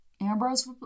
Ambrose